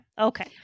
Okay